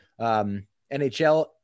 NHL